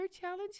challenge